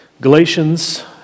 Galatians